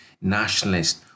nationalist